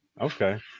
okay